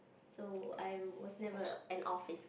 so I was never an office